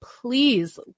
please